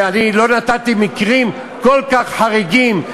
ואני לא נתתי מקרים כל כך חריגים.